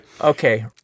Okay